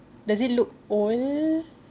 does it look old